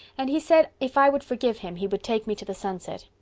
and he said if i would forgive him he would take me to the sunset.